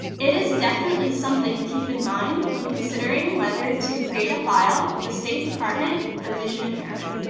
it is definitely something to keep in mind when considering whether to create a file with the state department for vision impairment.